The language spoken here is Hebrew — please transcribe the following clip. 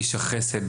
איש החסד,